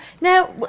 Now